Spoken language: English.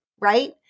right